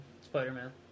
Spider-Man